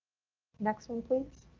next one please.